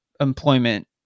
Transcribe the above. employment